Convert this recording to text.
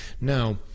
Now